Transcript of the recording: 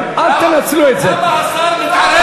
למה השר מתערב בניהול הישיבה?